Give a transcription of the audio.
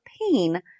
pain